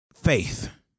faith